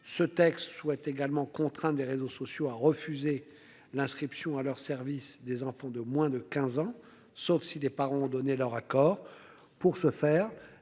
Ce texte souhaite également contraint des réseaux sociaux a refusé l'inscription à leur service des enfants de moins de 15 ans, sauf si les parents ont donné leur accord pour ce faire,